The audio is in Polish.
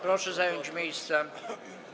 Proszę zająć miejsca.